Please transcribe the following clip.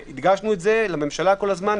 הדגשנו את זה כל הזמן לממשלה.